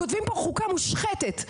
כותבים פה חוקה מושחתת,